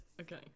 Okay